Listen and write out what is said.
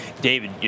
David